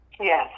Yes